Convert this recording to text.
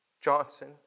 Johnson